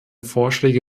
vorschläge